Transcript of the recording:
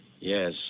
Yes